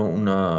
una